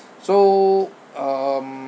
so um